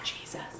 Jesus